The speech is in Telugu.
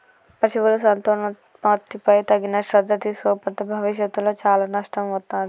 పశువుల సంతానోత్పత్తిపై తగిన శ్రద్ధ తీసుకోకపోతే భవిష్యత్తులో చాలా నష్టం వత్తాది